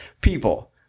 People